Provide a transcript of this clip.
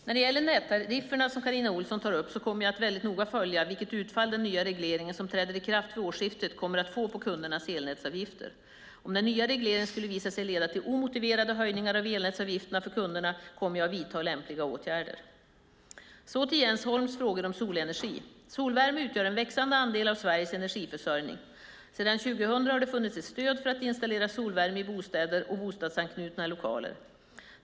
När det gäller nättarifferna som Carina Ohlsson tar upp kommer jag att väldigt noga följa vilket utfall den nya regleringen som träder i kraft vid årsskiftet kommer att få på kundernas elnätsavgifter. Om den nya regleringen skulle visa sig leda till omotiverade höjningar av elnätsavgifterna för kunderna kommer jag att vidta lämpliga åtgärder. Så till Jens Holms frågor om solenergi. Solvärme utgör en växande andel av Sveriges energiförsörjning. Sedan 2000 har det funnits ett stöd för att installera solvärme i bostäder och bostadsanknutna lokaler.